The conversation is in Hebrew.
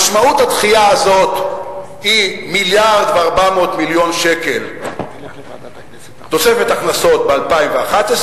משמעות הדחייה הזאת היא 1.4 מיליארד שקל תוספת הכנסות ב-2011,